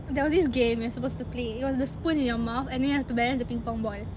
there was this game we're supposed to play it was a spoon in your mouth and then you have to balance the ping pong ball